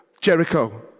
Jericho